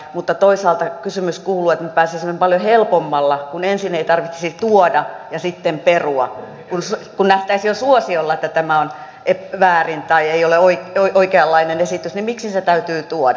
mutta toisaalta me pääsisimme paljon helpommalla kun ensin ei tarvitsisi tuoda ja sitten perua kun nähtäisiin jo suosiolla että tämä on väärin tai ei ole oikeanlainen esitys niin että kysymys kuuluu miksi se täytyy tuoda